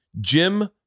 jim